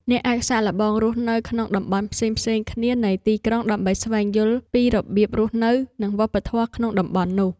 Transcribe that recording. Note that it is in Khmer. អ្នកអាចសាកល្បងរស់នៅក្នុងតំបន់ផ្សេងៗគ្នានៃទីក្រុងដើម្បីស្វែងយល់ពីរបៀបរស់នៅនិងវប្បធម៌ក្នុងតំបន់នោះ។